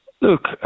Look